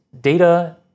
data